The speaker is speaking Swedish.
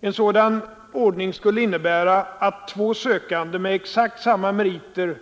En sådan ordning skulle innebära att två sökande med exakt samma meriter